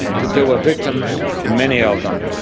that there were victims, and many of them,